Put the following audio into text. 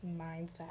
mindset